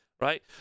right